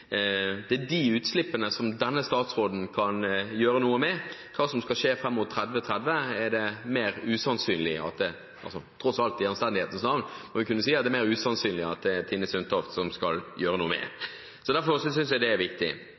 utslippene denne statsråden kan gjøre noe med. Hva som skal skje fram mot 2030, er det tross alt – i anstendighetens navn må en kunne si det – mer usannsynlig at det er Tine Sundtoft som skal ha noe med å gjøre. Derfor synes jeg det er viktig.